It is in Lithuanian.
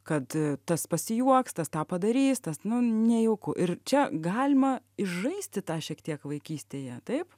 kad tas pasijuoks tas tą padarys tas nu nejauku ir čia galima žaisti tą šiek tiek vaikystėje taip